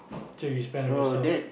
so you spend on yourself